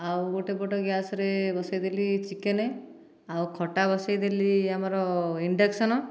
ଆଉ ଗୋଟେ ପଟ ଗ୍ୟାସ ରେ ବସେଇଦେଲି ଚିକେନ୍ ଆଉ ଖଟା ବସେଇଦେଲି ଆମର ଇଂଡକ୍ସନ